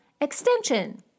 extension